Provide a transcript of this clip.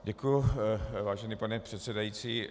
Děkuji, vážení pane předsedající.